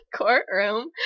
courtroom